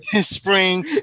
Spring